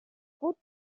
put